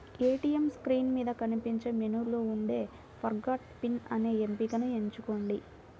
ATM screen మీద కనిపించే మెనూలో ఉండే ఫర్గాట్ పిన్ అనే ఎంపికను ఎంచుకోండి